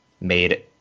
made